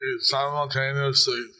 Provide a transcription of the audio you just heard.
simultaneously